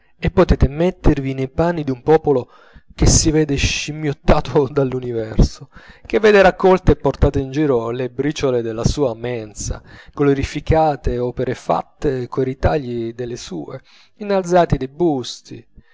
e potete mettervi nei panni d'un popolo che si vede scimmiottato dall'universo che vede raccolte e portate in giro le briciole della sua mensa glorificate opere fatte coi ritagli delle sue innalzati dei busti